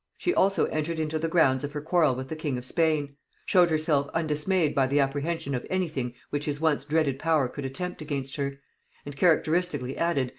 she also entered into the grounds of her quarrel with the king of spain showed herself undismayed by the apprehension of any thing which his once dreaded power could attempt against her and characteristically added,